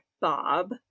Bob